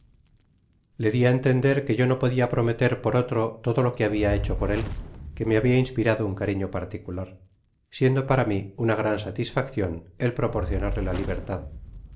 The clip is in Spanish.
di a entender que yo no podia prometer por otro todo lo que habia hecho por él que me habia inspirado un cariño particular siendo para mi uoa gran satisfaccion el proporcionarle la libertad